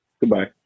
Goodbye